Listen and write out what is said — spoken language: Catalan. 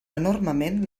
enormement